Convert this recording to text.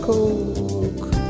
Coke